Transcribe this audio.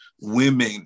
women